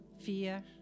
fear